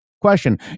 Question